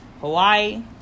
Hawaii